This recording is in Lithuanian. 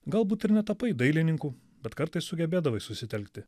galbūt ir netapai dailininku bet kartais sugebėdavai susitelkti